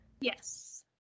Yes